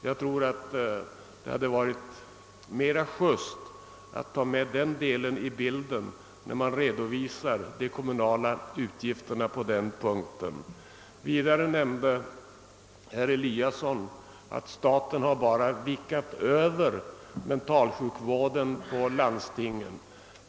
Jag anser att det hade varit mera just att ta med även detta i bilden vid redovisningen av de kommunala utgifterna på den punkten. Vidare nämnde herr Eliasson att staten bara har »vickat över» mentalsjukvården på landstingen.